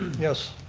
yes,